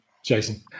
Jason